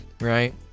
right